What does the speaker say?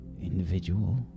individual